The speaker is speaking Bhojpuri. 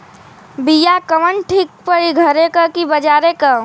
बिया कवन ठीक परी घरे क की बजारे क?